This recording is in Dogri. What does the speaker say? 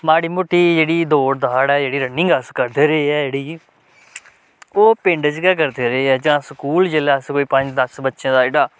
माड़ी मुट्टी जेह्ड़ी दौड़ साढ़ ऐ जेह्ड़ी रनिंग अस करदे रेह् ऐ जेह्ड़ी ओह् पिंड च गै करदे रेह् ऐ जां स्कूल जेल्लै अस कोई पंज दस्स बच्चें दा जेह्ड़ा